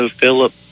Philip